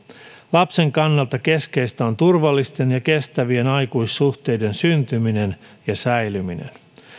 lapsen kannalta keskeistä on turvallisten ja kestävien aikuissuhteiden syntyminen ja säilyminen